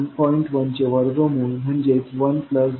1 चे वर्गमूळ म्हणजेच 1 प्लस 0